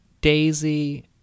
Daisy